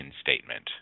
statement